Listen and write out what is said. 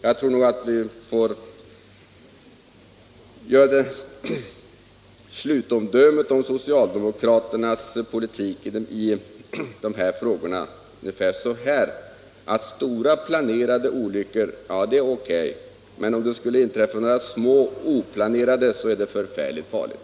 Jag tror att vi får göra slutomdömet om socialdemokraternas politik i dessa frågor ungefär så här: Stora planerade olyckor är OK, men om det skulle inträffa små oplanerade är det förfärligt farligt.